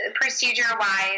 procedure-wise